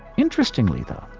interestingly though,